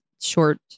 short